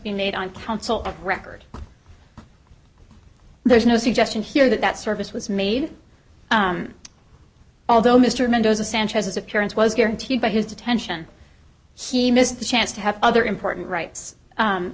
be made on counsel of record there's no suggestion here that that service was made although mr mendoza sanchez's appearance was guaranteed by his detention he missed the chance to have other important right